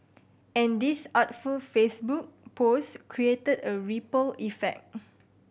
and this artful Facebook post created a ripple effect